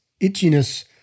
itchiness